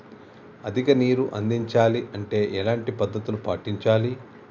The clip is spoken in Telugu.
అధిక నీరు అందించాలి అంటే ఎలాంటి పద్ధతులు పాటించాలి?